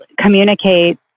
communicate